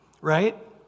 Right